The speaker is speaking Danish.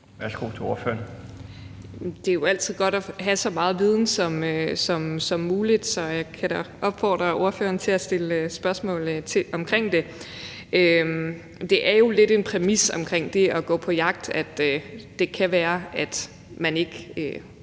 Anne Paulin (S): Det er jo altid godt at have så meget viden som muligt, så jeg kan da opfordre ordføreren til at stille spørgsmål om det. Det er jo lidt en præmis for det at gå på jagt, at det kan være, at man ikke